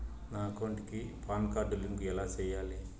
నా అకౌంట్ కి PAN card link ఎలా సేయాలి